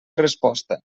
resposta